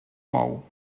mou